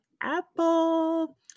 Apple